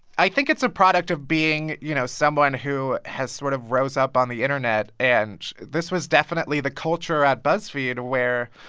i think it's a product of being, you know, someone who has sort of rose up on the internet. and this was definitely the culture at buzzfeed, where,